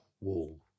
wall